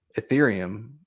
Ethereum